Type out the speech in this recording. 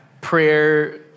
Prayer